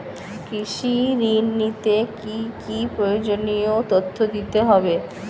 কৃষি ঋণ নিতে কি কি প্রয়োজনীয় তথ্য দিতে হবে?